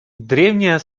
древняя